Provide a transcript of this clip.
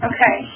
Okay